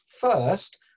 first